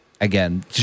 Again